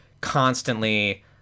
Constantly